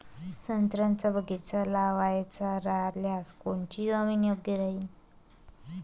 संत्र्याचा बगीचा लावायचा रायल्यास कोनची जमीन योग्य राहीन?